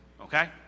okay